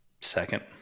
Second